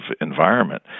environment